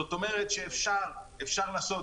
זאת אומרת שאפשר לעשות.